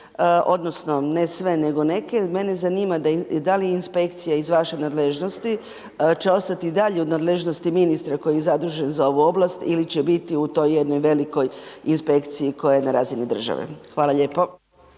odnosno, ne sve, nego neke, mene zanima, da li inspekcije iz vaše nadležnosti će ostati i dalje iz nadležnosti ministra koju zaduže za ovu ovlast ili će biti u toj jednoj velikoj inspekciji koja je na razini države. Hvala lijepo.